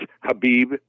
Habib